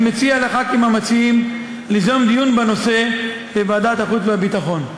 אני מציע לחברי הכנסת המציעים ליזום דיון בנושא בוועדת החוץ והביטחון.